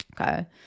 okay